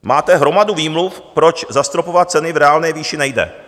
Máte hromadu výmluv, proč zastropovat ceny v reálné výši nejde.